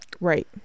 Right